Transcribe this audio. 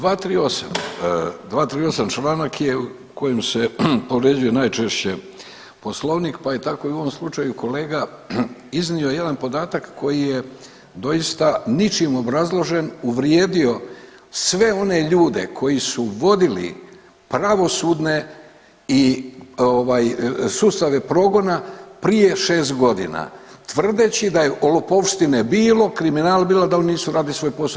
238., 238. članak je kojim se povređuje najčešće Poslovnik pa je tako i u ovom slučaju kolega iznio jedan podatak koji je doista ničim obrazložen uvrijedio sve one ljude koji su vodili pravosudne i ovaj sustave progona prije 6 godina tvrdeći da je lopovštine bilo, kriminala bilo, da oni nisu radili svoj posao.